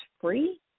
free